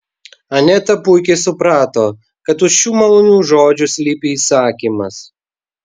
aneta puikiai suprato kad už šių malonių žodžių slypi įsakymas